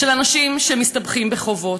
אנשים שמסתבכים בחובות,